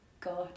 God